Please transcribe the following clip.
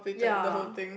ya